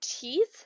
teeth